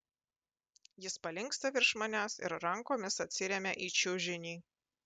jis palinksta virš manęs ir rankomis atsiremia į čiužinį